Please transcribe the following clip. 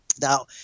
Now